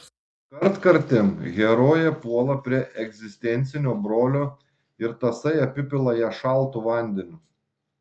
kartkartėm herojė puola prie egzistencinio brolio ir tasai apipila ją šaltu vandeniu